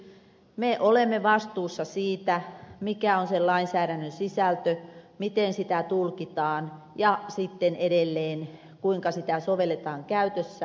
me olemme vastuussa siitä mikä on sen lainsäädännön sisältö miten sitä tulkitaan ja sitten edelleen kuinka sitä sovelletaan käytössä